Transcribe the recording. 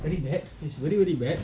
really bad it is really really bad